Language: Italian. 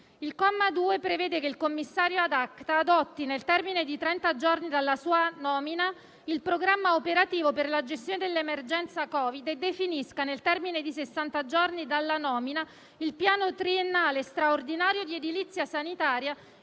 Il comma 2 prevede che il commissario *ad acta* adotti, nel termine di trenta giorni dalla sua nomina, il programma operativo per la gestione dell'emergenza Covid e definisca, nel termine di sessanta giorni dalla nomina, il piano triennale straordinario di edilizia sanitaria